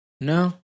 No